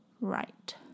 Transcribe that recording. Right